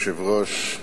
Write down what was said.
אדוני היושב-ראש,